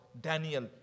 Daniel